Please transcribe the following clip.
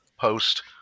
post